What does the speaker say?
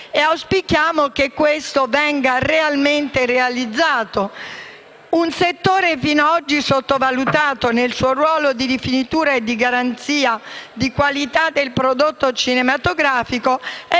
E auspichiamo che questo venga realmente realizzato. Un settore fino ad oggi sottovalutato, nel suo ruolo di rifinitura e di garanzia di qualità del prodotto cinematografico, è